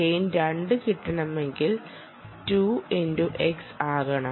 gain 2 കിട്ടണമെങ്കിൽ 2 x X ആകണം